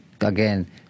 again